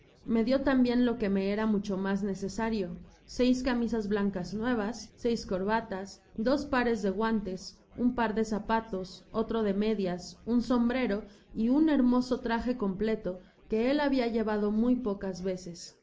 me dio tambien lo que me era mucho mas necesario seis camisas blancas nuevas seis corbatas dos pares de guantes un par de zapatos otro de medias un sombrero y un hermoso traje completo que él habia llevado muy pocas veces